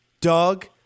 Doug